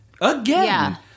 Again